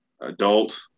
adult